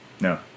No